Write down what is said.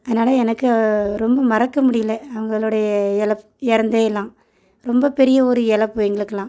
அதனால் எனக்கு ரொம்ப மறக்க முடியல அவங்களுடைய இல இறந்ததெல்லாம் ரொம்ப பெரிய ஒரு எழப்பு எங்களுக்கெல்லாம்